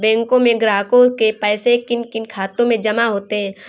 बैंकों में ग्राहकों के पैसे किन किन खातों में जमा होते हैं?